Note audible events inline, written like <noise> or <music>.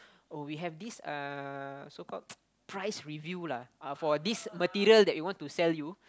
oh we have this uh so called <noise> price review lah ah for this material that we want to sell you